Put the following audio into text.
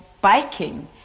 biking